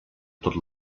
tot